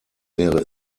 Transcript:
wäre